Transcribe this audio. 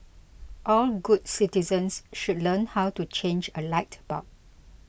all good citizens should learn how to change a light bulb